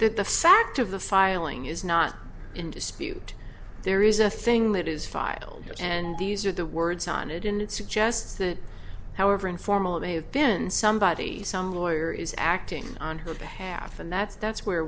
the fact of the filing is not in dispute there is a thing that is filed and these are the words on it and it suggests that however informal it may have been somebody some lawyer is acting on her behalf and that's that's where